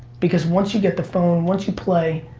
because once you get the phone, once you play,